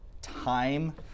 time